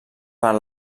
per